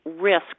risk